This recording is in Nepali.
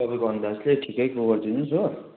तपाईँको अन्दाजले ठिकैको गरिदिनुहोस् हो